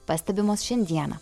pastebimos šiandieną